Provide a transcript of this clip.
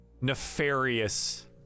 nefarious